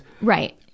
Right